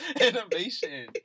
Innovation